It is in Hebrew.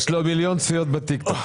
יש מצב שאתה מפרסם את הטלפון שלך?...